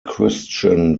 christian